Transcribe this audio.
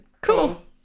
Cool